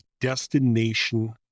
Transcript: destination